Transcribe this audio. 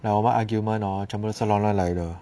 like 我们 argument hor 全部都是乱乱来的